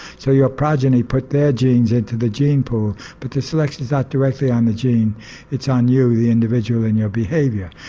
so your progeny put their genes into the gene pool, but the selection is not directly on the gene it's on you, the individual and your behaviour.